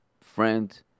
friend